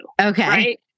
okay